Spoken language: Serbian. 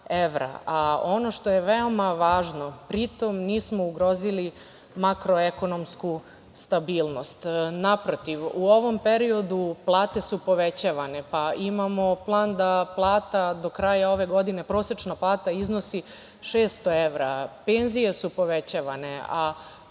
a ono što je veoma važno, pritom nismo ugrozili makroekonomsku stabilnost. Naprotiv, u ovom periodu plate su povećavane, pa imamo plan da prosečna plata do kraja ove godine iznosi 600 evra, penzije su povećavane, a